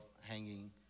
hanging